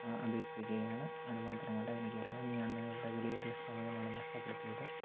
അഭ്യർത്ഥിക്കുകയാണ് അതുമാത്രമല്ല എനിക്ക് അറിയാം ഞാൻ നിങ്ങളുടെ വിലയേറിയ സമയമാണ് നഷ്ടപ്പെടുത്തിയത് അതിന്